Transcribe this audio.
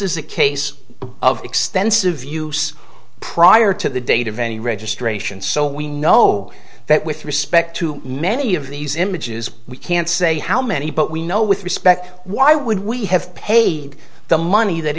a case of extensive use prior to the date of any registration so we know that with respect to many of these images we can't say how many but we know with respect why would we have paid the money that